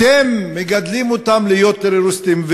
אתם מגדלים אותם להיות טרוריסטים.